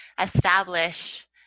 establish